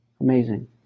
Amazing